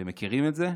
אתם מכירים את זה?